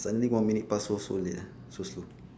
suddenly one minute pass so slow ya so slow